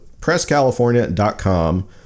PressCalifornia.com